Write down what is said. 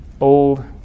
old